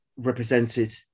represented